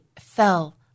fell